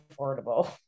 affordable